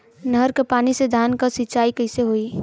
नहर क पानी से धान क सिंचाई कईसे होई?